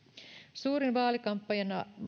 suurin vaalikampanja